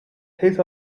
his